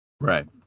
Right